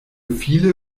viele